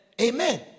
Amen